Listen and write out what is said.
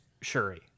Shuri